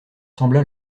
sembla